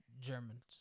Germans